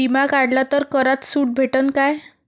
बिमा काढला तर करात सूट भेटन काय?